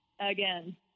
again